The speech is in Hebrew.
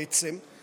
בעצם,